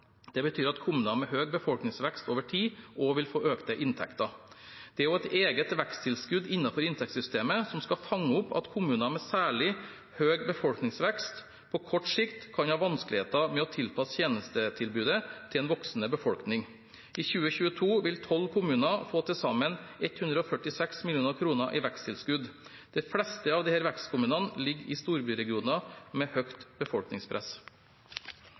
Det betyr at kommuner med høy befolkningsvekst over tid vil få økte inntekter. Det er også et eget veksttilskudd innenfor inntektssystemet som skal fange opp at kommuner med særlig høy befolkningsvekst, på kort sikt kan ha vanskeligheter med å tilpasse tjenestetilbudet til en voksende befolkning. I 2022 vil 12 kommuner få til sammen 146 mill. kr i veksttilskudd. De fleste av disse vekstkommunene ligger i storbyregioner med høyt befolkningspress.